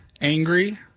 Angry